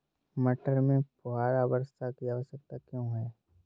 मटर में फुहारा वर्षा की आवश्यकता क्यो है?